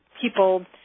people